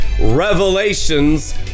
revelations